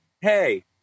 hey